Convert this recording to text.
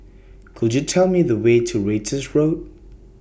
Could YOU Tell Me The Way to Ratus Road